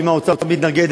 כי אם האוצר מתנגד,